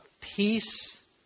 peace